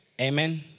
Amen